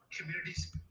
communities